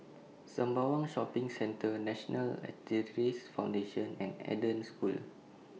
Sembawang Shopping Centre National Arthritis Foundation and Eden School